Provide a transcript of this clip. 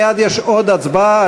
מייד יש עוד הצבעה,